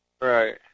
Right